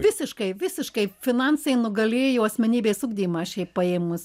visiškai visiškai finansai nugalėjo asmenybės ugdymą šiaip paėmus